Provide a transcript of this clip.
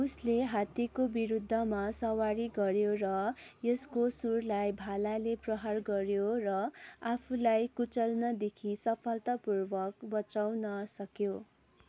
उसले हात्तीको विरुद्धमा सवारी गऱ्यो र यसको सुँडलाई भालाले प्रहार गऱ्यो र आफूलाई कुल्चनदेखि सफलतापूर्वक बचाउन सक्यो